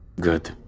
Good